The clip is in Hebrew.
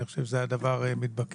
אני חושב שזה היה דבר מתבקש.